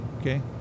Okay